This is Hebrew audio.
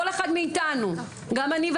אתה ואני,